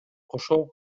кошо